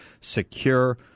secure